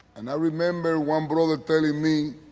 and i remember one brother telling me,